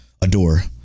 Adore